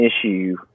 issue